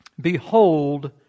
Behold